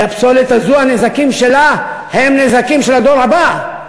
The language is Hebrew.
כי הפסולת הזו, הנזקים שלה הם נזקים של הדור הבא.